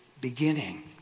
beginning